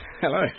Hello